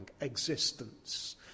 existence